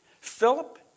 Philip